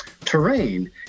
terrain